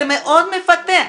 זה מאוד מפתה.